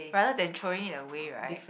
rather than throwing it away right